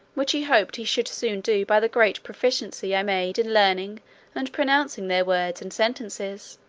which he hoped he should soon do by the great proficiency i made in learning and pronouncing their words and sentences.